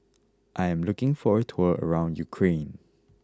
I am looking for a tour around Ukraine